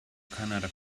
canada